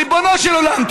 ריבונו של עולם.